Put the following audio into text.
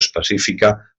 específica